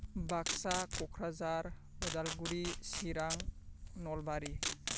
Baksa Kokrajhar Udalguri Chirang Nalbari